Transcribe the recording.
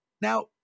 Now